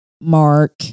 mark